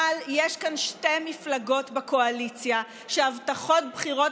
אבל יש כאן שתי מפלגות בקואליציה שהבטחות בחירות